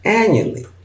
annually